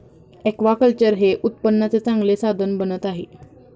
aquaculture हे उत्पन्नाचे चांगले साधन बनत आहे